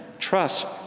trust,